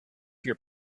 your